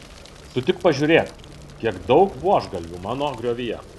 tu tik pažiūrėk kiek daug buožgalvių mano griovyje